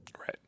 Right